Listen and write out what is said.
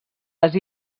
les